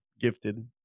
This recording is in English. gifted